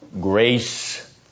grace